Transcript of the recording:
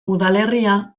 udalerria